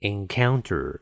Encounter